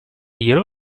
glielo